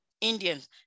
Indians